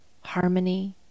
Harmony